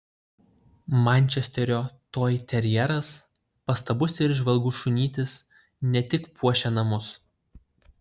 mančesterio toiterjeras pastabus ir įžvalgus šunytis ne tik puošia namus